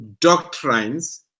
doctrines